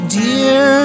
dear